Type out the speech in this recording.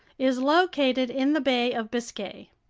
is located in the bay of biscay.